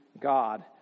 God